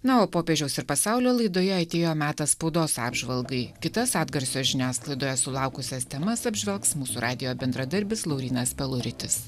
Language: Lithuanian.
na o popiežiaus ir pasaulio laidoje atėjo metas spaudos apžvalgai kitas atgarsio žiniasklaidoje sulaukusias temas apžvelgs mūsų radijo bendradarbis laurynas peluritis